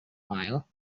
file